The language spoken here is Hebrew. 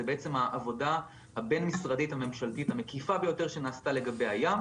זה בעצם העבודה הבין-משרדית הממשלתית המקיפה ביותר שנעשתה לגבי הים,